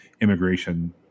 immigration